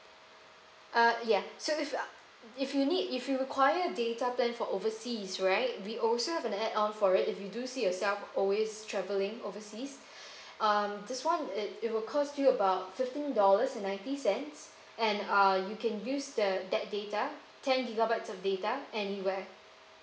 uh yeah so if if you need if you require data plan for overseas right we also have add on for it if you do see yourself always travelling overseas uh this one it it will cost you about fifteen dollars and ninety cents and uh you can use the that data ten gigabytes of data anywhere